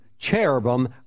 cherubim